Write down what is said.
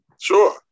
Sure